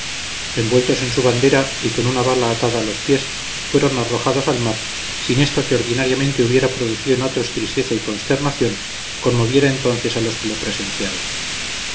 envueltos en su bandera y con una bala atada a los pies fueron arrojados al mar sin que esto que ordinariamente hubiera producido en todos tristeza y consternación conmoviera entonces a los que lo presenciaron